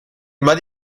immer